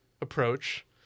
approach